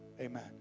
Amen